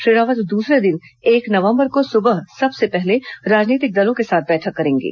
श्री रावत दूसरे दिन एक नवम्बर को सुबह सबसे पहले राजनीतिक दलों के साथ बैठक करेंगे